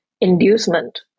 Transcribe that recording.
inducement